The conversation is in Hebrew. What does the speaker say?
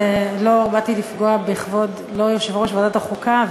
לא באתי לפגוע בכבוד יושב-ראש ועדת החוקה,